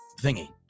thingy